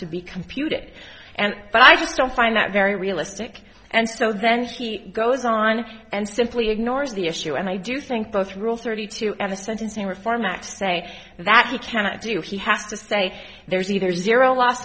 to be computed and but i just don't find that very realistic and so then he goes on and simply ignores the issue and i do think both rule thirty two and the sentencing reform act say that he cannot do he has to say there's either zero last